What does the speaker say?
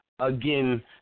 Again